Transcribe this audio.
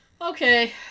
Okay